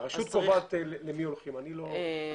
הרשות קובעת למי הולכים להתקין.